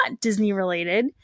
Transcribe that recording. Disney-related